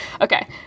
Okay